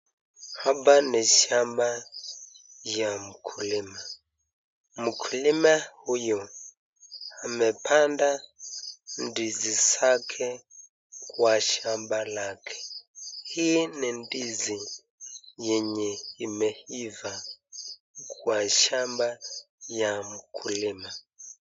Hapa ni samba ya mkulima. Mkulima huyu amepanda ndizi kwa shamba lake. Hii ni ndizi yenye imeiva kwa shamba ya mkulima.